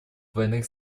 двойных